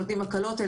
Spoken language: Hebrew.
נותנים הקלות,